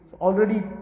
Already